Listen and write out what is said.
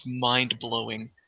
mind-blowing